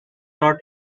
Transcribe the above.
not